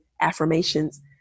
affirmations